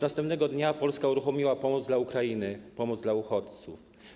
Następnego dnia Polska uruchomiła pomoc dla Ukrainy, pomoc dla uchodźców.